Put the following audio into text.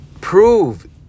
Prove